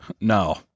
No